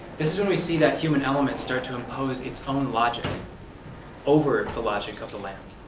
this is when we see that human element start to impose its own logic over the logic of the land,